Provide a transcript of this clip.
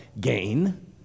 gain